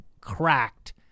cracked